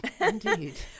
Indeed